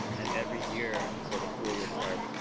and every year and before the school year starts,